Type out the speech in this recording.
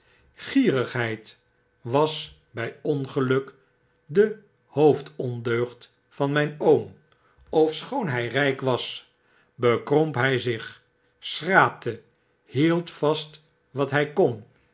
gierigheid was b ongeluk de hoofdondeugd van tnfln oom ofschoon hy rjjk was bekromp hi zich schraapte hield vast wat hj kon